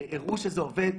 הראו שזה עובד.